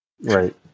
Right